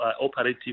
operative